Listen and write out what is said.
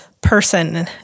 person